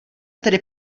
tedy